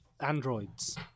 androids